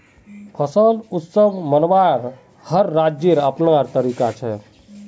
फसल उत्सव मनव्वार हर राज्येर अपनार तरीका छेक